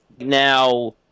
now